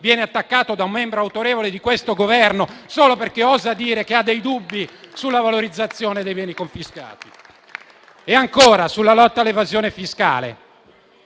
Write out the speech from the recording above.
venga attaccato da un membro autorevole di questo Governo solo perché osa a dire che ha dei dubbi sulla valorizzazione dei beni confiscati. Sulla lotta all'evasione fiscale,